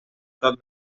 tot